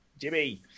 Jimmy